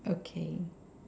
okay